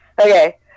okay